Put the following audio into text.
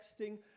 texting